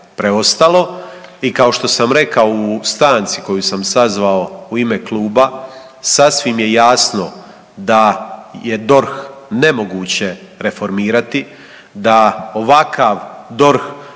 I kao što sam rekao u stanci koju sam sazvao u ime kluba, sasvim je jasno da je DORH nemoguće reformirati, da ovakav DORH